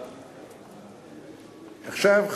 עכשיו,